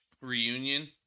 reunion